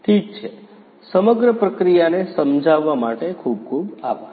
ઠીક છે સમગ્ર પ્રક્રિયાને સમજાવવા માટે ખૂબ ખૂબ આભાર